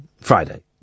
Friday